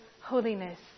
holiness